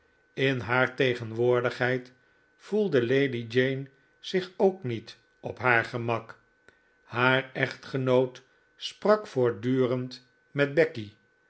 in haar tegenwoordigheid voelde lady jane zich ook niet op haar gemak haar echtgenoot sprak voortdurend met becky